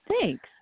Thanks